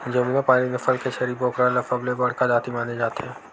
जमुनापारी नसल के छेरी बोकरा ल सबले बड़का जाति माने जाथे